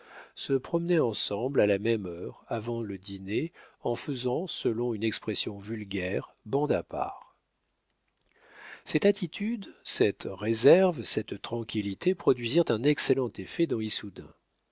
se promenaient ensemble à la même heure avant le dîner en faisant selon une expression vulgaire bande à part cette attitude cette réserve cette tranquillité produisirent un excellent effet dans